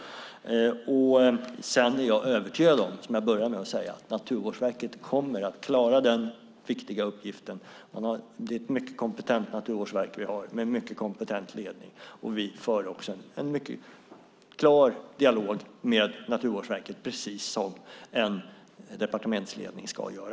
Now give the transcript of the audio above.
Jag är övertygad om att Naturvårdsverket kommer att klara den viktiga uppgiften. Det är ett mycket kompetent Naturvårdsverk vi har med en mycket kompetent ledning. Vi för en klar dialog med Naturvårdsverket, precis som en departementsledning ska göra.